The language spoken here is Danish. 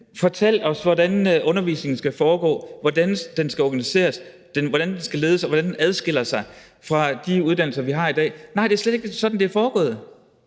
fortæl os, hvordan undervisningen skal foregå, hvordan den skal organiseres, hvordan den skal ledes, og hvordan den adskiller sig fra de uddannelser, vi har i dag. Nej, det er slet ikke sådan, det er foregået.